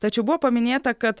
tačiau buvo paminėta kad